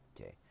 okay